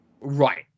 Right